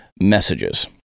messages